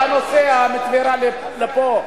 אתה נוסע מטבריה לפה,